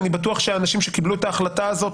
ואני בטוח שהאנשים שקיבלו את ההחלטה הזאת